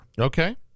Okay